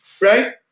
right